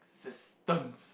existence